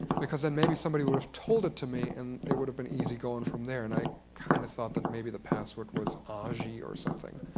because then maybe somebody would have told it to me, and it would have been easy going from there. and i kind of thought that maybe the password was augee or something.